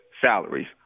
salaries